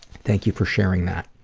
thank you for sharing that.